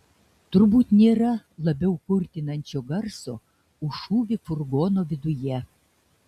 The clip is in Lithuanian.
turbūt nėra labiau kurtinančio garso už šūvį furgono viduje